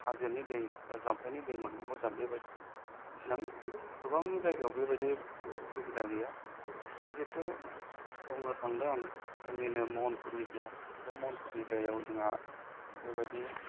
हाजोनि दै बा जाम्फैनि दै मोननांगौ जोंहा बेबायदि इसेबां गोबां जायगायाव बेबायदि सुबिदा गैया दा जिथु बुंनो थांदों जोंनिनो महनफुर एरिया बे महनफुर एरियायाव जोंहा बेबायदि